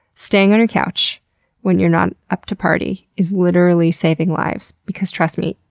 staying on your couch when you're not up to party is literally saving lives. because trust me,